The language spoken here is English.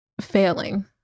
failing